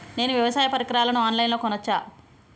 నేను వ్యవసాయ పరికరాలను ఆన్ లైన్ లో కొనచ్చా?